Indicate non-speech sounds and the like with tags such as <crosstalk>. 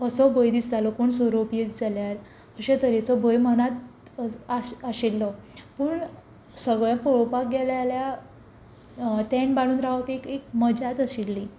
असो भंय दिसतालो कोण सोरोप येयीत जाल्यार अशे तरेचो भंय मनांत <unintelligible> आशिल्लो पूण सगळें पळोवपाक गेलें जाल्यार टेन्ट बांदून रावप एक एक मजाच आशिल्ली